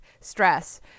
stress